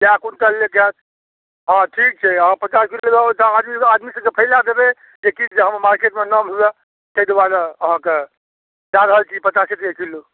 कए क्विन्टल हँ ठीक छै अहाँ पचास किलो लेबै तऽ आदमी सबमे फैला देबै जे हमर मार्केटमे नाम हुअए ताहि दुआरे अहाँके दऽ रहल छी पचासे टके किलो